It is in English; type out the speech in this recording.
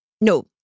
No